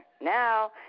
Now